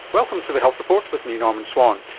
welcome to the health report with me, norman swan.